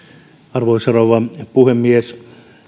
arvoisa rouva puhemies